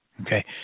okay